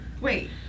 Wait